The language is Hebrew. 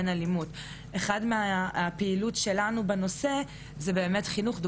בכל הכשרה שאנחנו עושים בבתי ספר לבני נוער כלול